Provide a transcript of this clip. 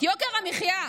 יוקר המחיה.